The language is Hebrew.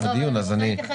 רוצה לתת